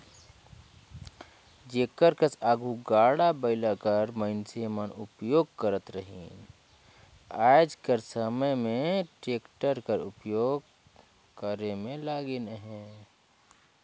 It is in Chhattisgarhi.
जेकर कस आघु गाड़ा बइला कर मइनसे मन उपियोग करत रहिन आएज कर समे में टेक्टर कर उपियोग करे में लगिन अहें